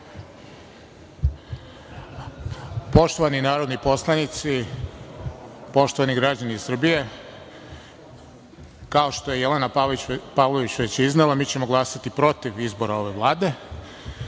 Poštovani narodni poslanici, poštovani građani Srbije, kao što je Jelena Pavlović već iznela, mi ćemo glasati protiv izbora ove Vlade.